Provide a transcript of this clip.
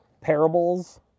parables